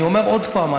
אני אומר עוד פעם,